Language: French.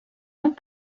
ont